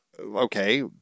Okay